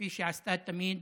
כפי שעשתה תמיד,